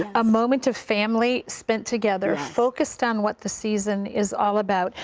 a moment of family spent together, focused on what the season is all about.